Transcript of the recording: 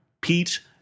Pete